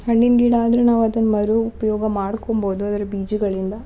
ಹಣ್ಣಿನ ಗಿಡ ಆದರೆ ನಾವು ಅದನ್ನ ಮರು ಉಪಯೋಗ ಮಾಡ್ಕೊಳ್ಬೋದು ಅದ್ರ ಬೀಜಗಳಿಂದ